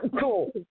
cool